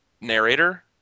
narrator